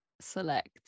select